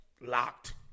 locked